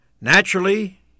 Naturally